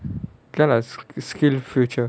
can lah SkillsFuture